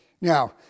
Now